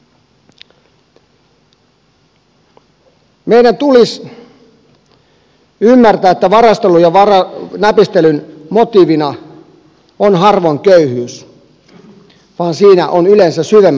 meidän tulisi ymmärtää että varastelun ja näpistelyn motiivina on harvoin köyhyys vaan siinä ovat yleensä syvemmät syyt